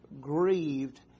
grieved